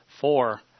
Four